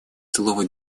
слово